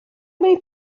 many